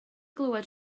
glywed